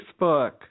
Facebook